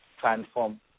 transform